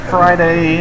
Friday